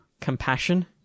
compassion